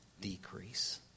decrease